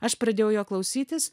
aš pradėjau jo klausytis